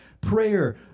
prayer